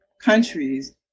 countries